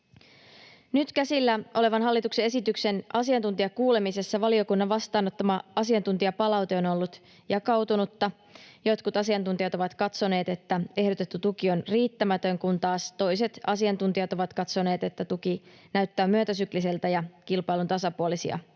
Nyt käsillä olevan hallituksen esityksen asiantuntijakuulemisessa valiokunnan vastaanottama asiantuntijapalaute on ollut jakautunutta. Jotkut asiantuntijat ovat katsoneet, että ehdotettu tuki on riittämätön, kun taas toiset asiantuntijat ovat katsoneet, että tuki näyttää myötäsykliseltä ja kilpailun tasapuolisia